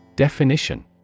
Definition